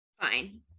fine